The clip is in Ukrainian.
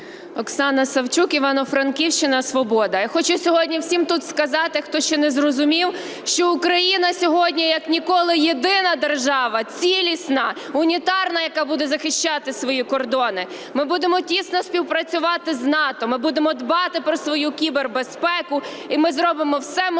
Оксана Савчук, Івано-Франківщина, "Свобода". Я хочу сьогодні всім тут сказати, хто ще не зрозумів, що Україна сьогодні як ніколи єдина держава, цілісна, унітарна, яка буде захищати свої кордони. Ми будемо тісно співпрацювати з НАТО, ми будемо дбати про свою кібербезпеку, і ми зробимо все можливе,